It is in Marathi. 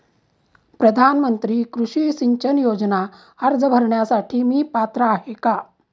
प्रधानमंत्री कृषी सिंचन योजना अर्ज भरण्यासाठी मी पात्र आहे का?